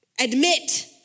admit